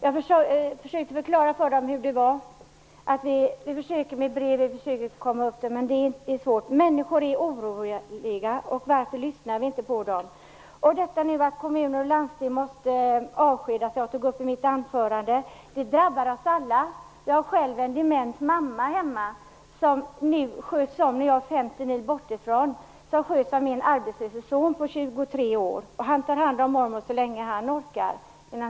Jag försökte att förklara för dem hur det är, att vi med brev och på andra sätt försöker att komma åt det men att det är svårt. Människor är oroliga. Varför lyssnar vi inte på dem? Att kommuner och landsting måste avskeda människor, som jag tog upp i mitt anförande, drabbar oss alla. Jag har själv en dement mamma hemma som, när jag är 50 mil hemifrån, sköts om av min arbetslöse son som är 23 år. Han tar hand om henne så länge han orkar.